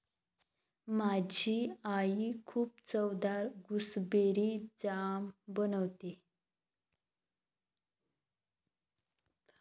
माझी आई खूप चवदार गुसबेरी जाम बनवते